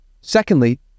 secondly